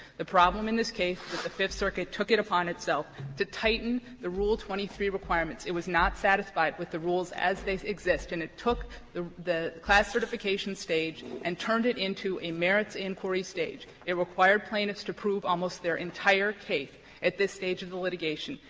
the problem in this case is that the fifth circuit took it upon itself to tighten the rule twenty three requirements. it was not satisfied with the rules as they exist, and it took the the class certification stage and turned it into a merits inquiry stage. they required plaintiffs to prove almost their entire case at this stage of the litigation,